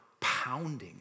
pounding